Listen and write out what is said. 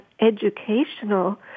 educational